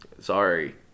sorry